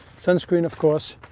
sunscreen of course,